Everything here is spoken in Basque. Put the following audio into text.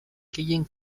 gehien